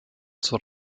zur